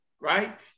right